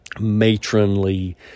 matronly